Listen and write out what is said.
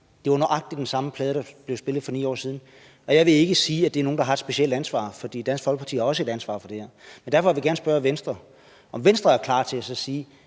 Det var nøjagtig den samme plade, der blev spillet for 9 år siden. Og jeg vil ikke sige, at der er nogen, der har et specielt ansvar, for Dansk Folkeparti har også et ansvar for det her. Derfor vil jeg gerne spørge Venstre, om Venstre er klar til så at sige,